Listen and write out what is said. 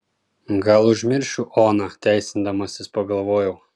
gal užmiršiu oną teisindamasis pagalvojau